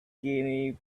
skinny